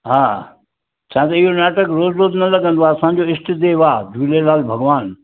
हा छा त इहो नाटक रोज़ रोज़ न लॻंदो आहे असांजो इष्ट देव आहे झूलेलाल भॻवानु